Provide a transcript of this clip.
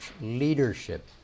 leadership